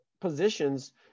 positions